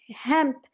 hemp